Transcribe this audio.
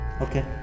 Okay